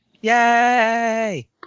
yay